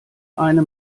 eine